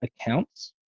accounts